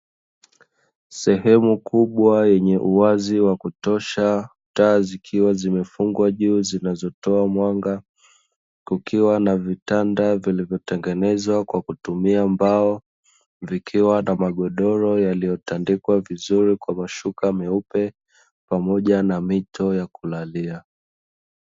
Sehemu kubwa yenye uwazi wa kutosha, taa zikiwa zimefungwa juu zinazotoa mwanga kukiwa na vitanda vilivyotengenezwa kwa kutumia mbao, vikiwa na magodoro yaliyotandikwa vizuri kwa mashuka meupe pamoja na mito ya kulalia.